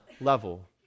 level